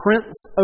prince